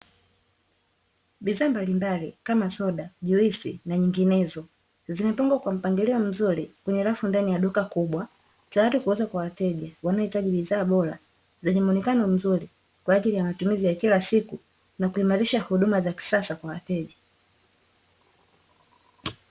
Bidhaa mbalimbali kama soda, juisi na nyinginezo; zimepangwa kwa mpangilio mzuri kwenye rafu ndani ya duka kubwa, tayari kuuzwa kwa wateja wanaohitaji bidhaa bora zenye muonekano mzuri, kwa ajili ya matumizi ya kila siku na kuimarisha huduma za kisasa kwa wateja.